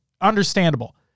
understandable